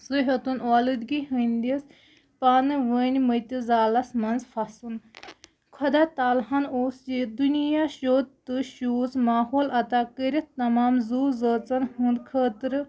سُہ ہیوٚتُن اولوٗدگی ہٕنٛدِس پانہٕ وٲنۍ مٔتِس زالَس منٛز پھَسُن خۄدا تعلیٰ ہَن اوس یہِ دُنیا شوٚد تہٕ شوٗژ ماحول عطا کٔرِتھ تمام زُو زٲژَن ہُنٛد خٲطرٕ